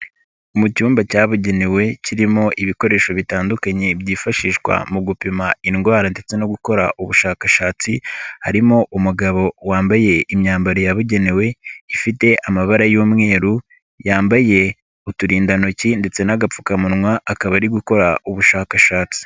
Mu cyumba cyabugenewe, kirimo ibikoresho bitandukanye byifashishwa mu gupima indwara ndetse no gukora ubushakashatsi, harimo umugabo wambaye imyambaro yabugenewe, ifite amabara y'umweru, yambaye uturindantoki ndetse n'agapfukamunwa, akaba ari gukora ubushakashatsi.